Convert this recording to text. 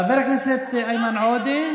חבר הכנסת איימן עודה.